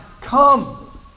come